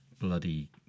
bloody